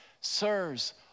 Sirs